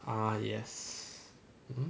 ah yes